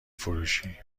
فروشی